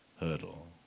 hurdle